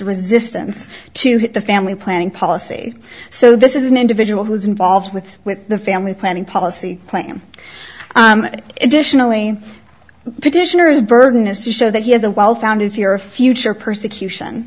resistance to hit the family planning policy so this is an individual who's involved with with the family planning policy plan edition alee petitioner's burden is to show that he has a well founded fear of future persecution